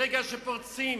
ברגע שפורצים